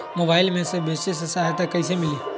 Mobile से बेचे में सहायता कईसे मिली?